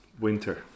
Winter